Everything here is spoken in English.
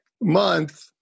month